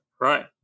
Right